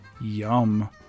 yum